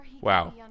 Wow